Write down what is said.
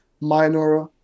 minor